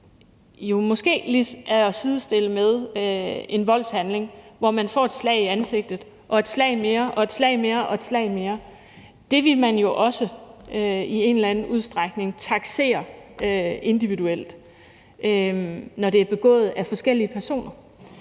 er at sidestille med en voldshandling, hvor man får et slag i ansigtet, og et slag mere, og et slag mere, og et slag mere. Det ville man jo også i en eller anden udstrækning taksere individuelt, når det er begået af forskellige personer.